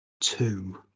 two